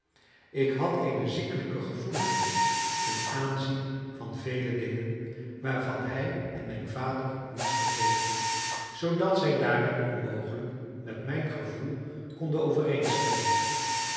ik had eene ziekelijke gevoeligheid ten aanzien van vele dingen waarvan hij en mijn vader niets begrepen zoodat zij daarin onmogelijk met mijn gevoel konden